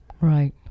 Right